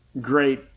great